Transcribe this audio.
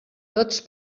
tots